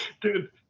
dude